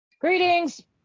Greetings